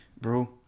Bro